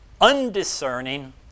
Undiscerning